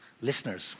listeners